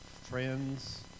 friends